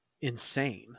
insane